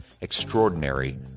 Extraordinary